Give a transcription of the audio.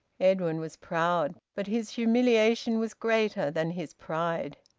edwin was proud, but his humiliation was greater than his pride.